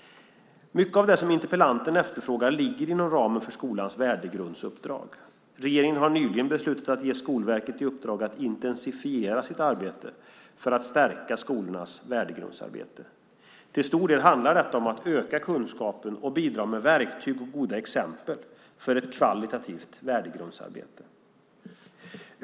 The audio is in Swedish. Mycket av det som interpellanten efterfrågar ligger inom ramen för skolans värdegrundsuppdrag. Regeringen har nyligen beslutat att ge Skolverket i uppdrag att intensifiera sitt arbete för att stärka skolornas värdegrundsarbete. Till stor del handlar detta om att öka kunskapen och bidra med verktyg och goda exempel för ett kvalitativt värdegrundsarbete.